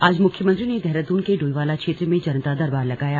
आज मुख्यमंत्री ने देहरादून के डोईवाला क्षेत्र में जनता दरबार लगाया